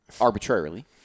arbitrarily